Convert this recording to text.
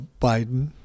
Biden